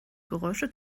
geräusche